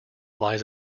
lies